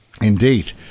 Indeed